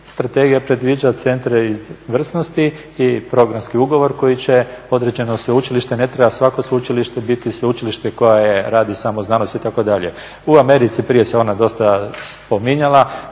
strategija predviđa centre izvrsnosti i programske ugovor koji će određeno sveučilište, ne treba svako sveučilište biti sveučilište koje radi samo znanost itd. U Americi, prije se ona dosta spominjala,